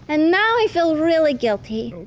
and now i feel really guilty.